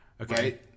Okay